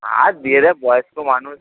আর দিয়ে দে বয়স্ক মানুষ